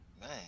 man